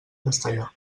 castellà